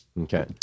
okay